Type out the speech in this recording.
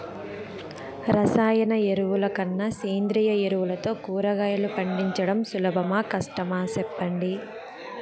రసాయన ఎరువుల కన్నా సేంద్రియ ఎరువులతో కూరగాయలు పండించడం సులభమా కష్టమా సెప్పండి